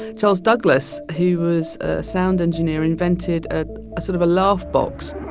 charles douglass, who was a sound engineer, invented ah a sort of a laugh box